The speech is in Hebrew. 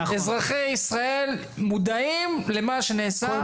אזרחי ישראל מודעים למה שנעשה,